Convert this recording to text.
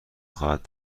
خواهد